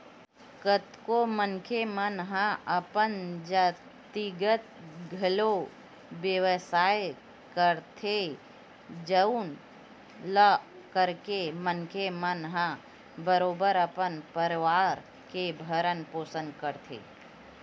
कतको मनखे मन हा अपन जातिगत घलो बेवसाय करथे जउन ल करके मनखे मन ह बरोबर अपन परवार के भरन पोसन करथे